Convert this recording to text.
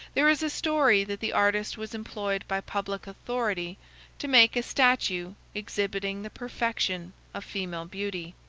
there is a story that the artist was employed by public authority to make a statue exhibiting the perfection of female beauty,